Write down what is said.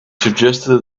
suggested